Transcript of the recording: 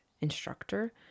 instructor